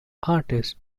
artist